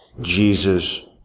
Jesus